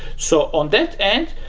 so on that end,